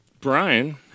Brian